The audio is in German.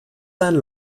einen